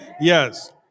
Yes